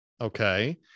Okay